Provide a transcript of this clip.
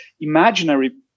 imaginary